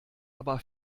aber